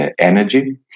energy